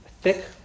thick